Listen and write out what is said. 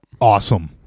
Awesome